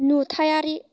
नुथायारि